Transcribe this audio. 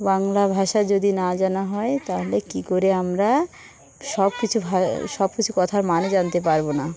বাংলা ভাষা যদি না জানা হয় তাহলে কী করে আমরা সব কিছু ভা সব কিছু কথার মানে জানতে পারবো না